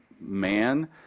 man